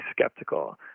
skeptical